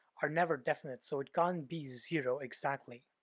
are never definite, so it can't be zero exactly.